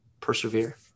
Persevere